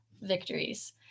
victories